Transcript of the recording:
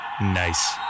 Nice